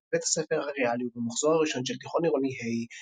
למד בבית הספר הריאלי ובמחזור הראשון של תיכון עירוני ה'